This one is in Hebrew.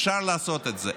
אפשר לעשות את זה.